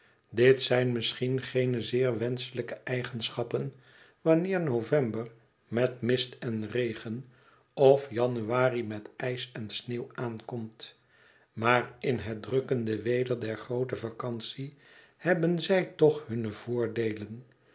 dit zijn misschien geene zeer wenschelijke eigenschappen wanneer november met mist en regen of januari met ijs en sneeuw aankomt maar in het drukkende weder der groote vacantie hebben zij toch hunne voordeelen